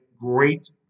great –